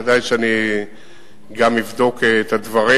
ודאי שאני גם אבדוק את הדברים.